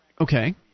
Okay